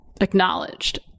acknowledged